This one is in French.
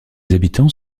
habitants